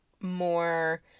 more